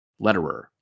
Letterer